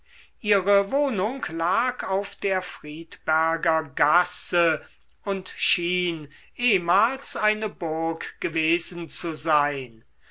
ihre wohnung lag auf der friedberger gasse und schien ehmals eine burg gewesen zu sein